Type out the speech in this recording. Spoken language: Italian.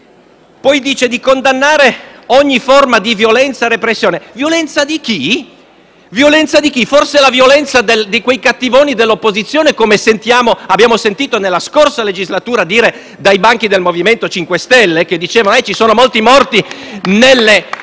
dice di condannare «ogni forma di violenza, repressione». Violenza di chi? Forse la violenza di quei cattivoni dell'opposizione, come abbiamo sentito nella scorsa legislatura dire dai banchi del MoVimento 5 Stelle *(Applausi dal Gruppo FI-BP e del